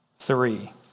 three